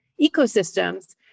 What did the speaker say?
ecosystems